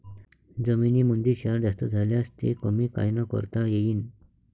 जमीनीमंदी क्षार जास्त झाल्यास ते कमी कायनं करता येईन?